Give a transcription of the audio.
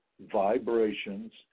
vibrations